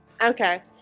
Okay